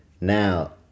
Now